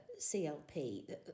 CLP